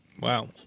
Wow